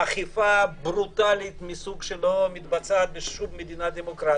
אכיפה ברוטאלית מסוג שלא מתבצע בשום מדינה דמוקרטית,